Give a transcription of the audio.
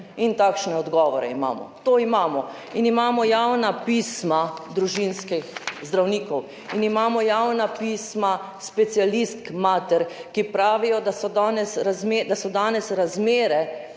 In takšne odgovore imamo. To imamo. In imamo javna pisma družinskih zdravnikov. In imamo javna pisma specialistk mater, ki pravijo, da so danes razmere